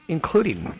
Including